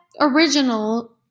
original